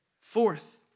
fourth